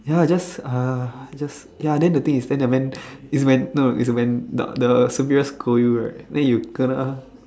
ya just uh just ya then the thing is then the when it's when no it's the when the the superior scold you right then you kena